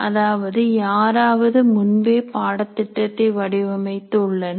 அதாவது யாராவது முன்பே பாடத்திட்டத்தை வடிவமைத்து உள்ளனர்